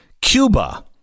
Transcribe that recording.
Cuba